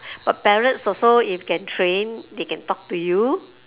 but parrots also if can train they can talk to you